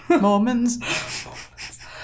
Mormons